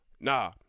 Nah